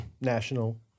national